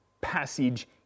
passage